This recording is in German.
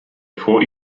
vor